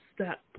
step